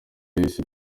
yahise